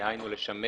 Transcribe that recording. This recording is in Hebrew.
דהיינו לשמש